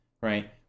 Right